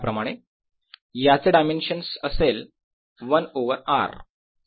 याचे डायमेन्शन असेल 1 over r